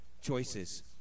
choices